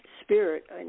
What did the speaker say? spirit